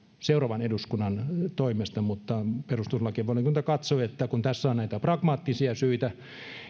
seuraavan eduskunnan toimesta mutta perustuslakivaliokunta katsoi että tässä on näitä pragmaattisia syitä